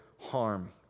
harm